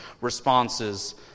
responses